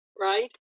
right